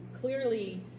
clearly